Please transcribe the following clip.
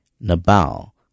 Nabal